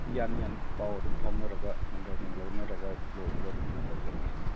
ꯌꯥꯅꯤ ꯌꯥꯅꯤ ꯄꯥꯎ ꯑꯗꯨꯝ ꯐꯥꯎꯅꯔꯒ ꯅꯝꯕꯔ ꯅꯨꯡ ꯂꯧꯅꯔꯒ ꯂꯣꯏꯕꯒ ꯑꯗꯨꯝ ꯐꯣꯟ ꯇꯧꯖꯔꯛꯀꯦ